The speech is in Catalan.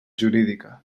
jurídica